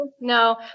No